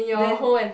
then